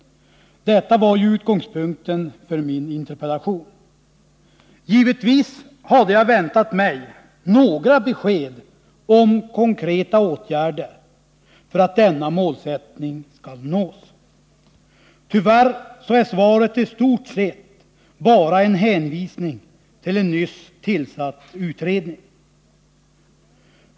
Detta var ju utgångspunkten för min interpellation. Givetvis hade jag väntat mig några besked om konkreta åtgärder för att denna målsättning skall nås. Tyvärr är svaret i stort sett bara en hänvisning till en nyss tillsatt utredning.